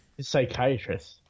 psychiatrist